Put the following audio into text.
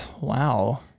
Wow